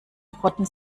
rotten